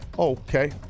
okay